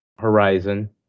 Horizon